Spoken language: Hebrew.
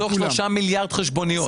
מתוך 3 מיליארד חשבוניות.